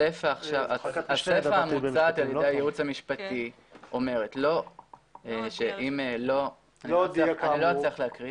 הסיפה המוצעת על ידי הייעוץ המשפטי - אני לא אצליח להקריא,